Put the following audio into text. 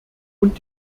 und